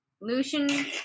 Lucian